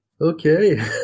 Okay